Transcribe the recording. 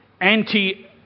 anti